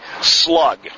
slug